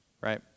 right